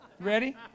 Ready